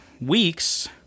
weeks